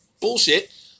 bullshit